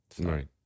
Right